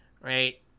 Right